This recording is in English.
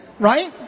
Right